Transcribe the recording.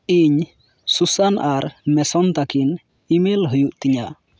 ᱤᱧ ᱥᱩᱥᱟᱱ ᱟᱨ ᱢᱮᱥᱚᱱ ᱛᱟᱹᱠᱤᱱ ᱤᱼᱢᱮᱞ ᱦᱩᱭᱩᱜ ᱛᱤᱧᱟᱹ